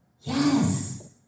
Yes